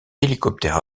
hélicoptère